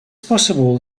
possible